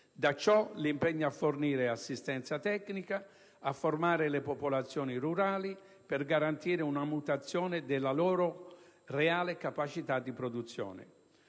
Da ciò l'impegno a fornire assistenza tecnica, a formare le popolazioni rurali, per garantire una mutazione della loro reale capacità di produzione.